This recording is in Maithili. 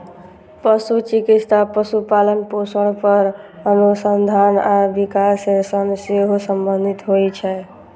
पशु चिकित्सा पशुपालन, पोषण पर अनुसंधान आ विकास सं सेहो संबंधित होइ छै